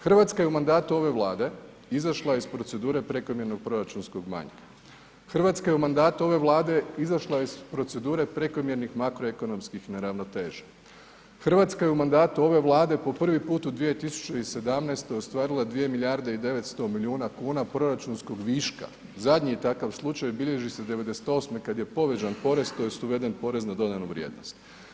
Hrvatska je u mandatu ove Vlade izašla iz procedure prekomjernog proračunskog manjka, Hrvatska je u mandatu ove Vlade izašla iz procedure prekomjernih makroekonomskim neravnoteža, Hrvatska je u mandatu ove Vlade po prvi put u 2017. ostvarila 2 milijarde 900 milijuna kuna proračunskog viška, zadnji je takav bilježi se '98. kad je povećan porez tj. uveden porez na dodanu vrijednost.